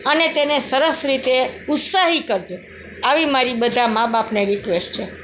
અને તેને સરસ રીતે ઉત્સાહી કરજો આવી મારી બધા મા બાપને રિક્વેસ્ટ છે